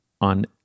on